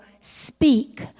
speak